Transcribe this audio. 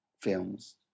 films